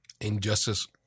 Injustice